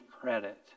credit